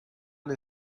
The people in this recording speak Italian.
nel